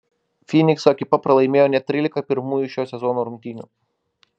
fynikso ekipa pralaimėjo net trylika pirmųjų šio sezono rungtynių